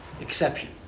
exception